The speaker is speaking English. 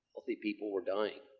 healthy people were dying.